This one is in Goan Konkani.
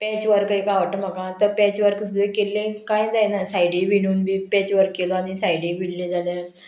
पॅच वर्क एक आवडटा म्हाका तो पॅच वर्क सुद्दां केल्लें कांय जायना सायडी भिणून बी पॅच वर्क केलो आनी सायडी भिल्ली जाल्यार